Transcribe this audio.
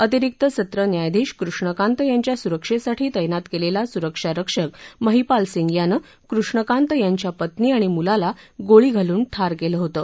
अतिरिक्त सत्र न्यायाधीश कृष्णकांत यांच्या सुरक्षेसाठी तैनात केलेला सुरक्षा रक्षक महिपाल सिंह याने कृष्णकांत यांच्या पत्नी आणि मुलाला गोळी घालून ठार केलं होतं